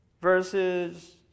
verses